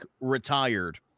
retired